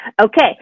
Okay